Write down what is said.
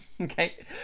Okay